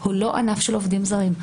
הוא לא ענף של עובדים זרים,